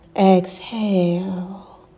Exhale